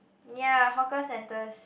ya hawker centres